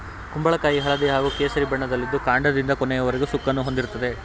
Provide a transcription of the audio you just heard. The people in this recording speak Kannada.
ಕುಂಬಳಕಾಯಿ ಹಳದಿ ಹಾಗೂ ಕೇಸರಿ ಬಣ್ಣದಲ್ಲಿದ್ದು ಕಾಂಡದಿಂದ ಕೊನೆಯವರೆಗೂ ಸುಕ್ಕನ್ನು ಹೊಂದಿರ್ತದೆ